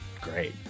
great